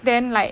then like